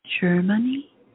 Germany